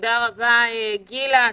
תודה רבה, גילה.